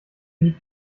die